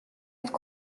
être